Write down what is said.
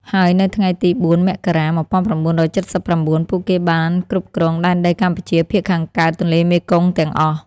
ហើយនៅថ្ងៃទី ០៤ មករា ១៩៧៩ ពួកគេបានគ្រប់គ្រងដែនដីកម្ពុជាភាគខាងកើតទន្លេមេគង្គទាំងអស់។